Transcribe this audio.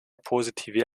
positive